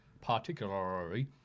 particularly